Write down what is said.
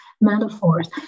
metaphors